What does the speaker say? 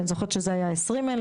אני זוכרת שזה היה 20,000,